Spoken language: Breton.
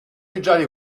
vugale